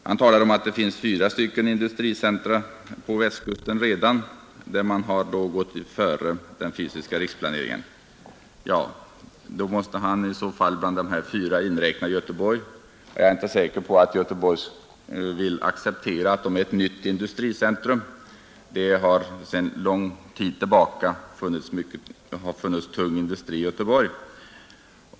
Han talar om att det på Västkusten redan finns fyra industricentra där man har gått före den fysiska riksplaneringen., Då måste han bland dessa fyra inräkna Göteborg, och jag är inte säker på att göteborgarna vill acceptera att staden är ett nytt industricentrum. Det har sedan lång tid tillbaka funnits tung industri i Göteborg.